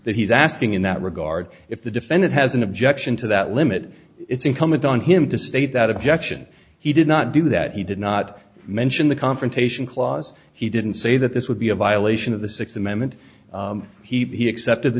that he's asking in that regard if the defendant has an objection to that limit it's incumbent on him to state that objection he did not do that he did not mention the confrontation clause he didn't say that this would be a violation of the sixth amendment he accepted the